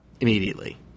immediately